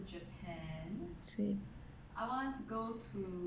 I see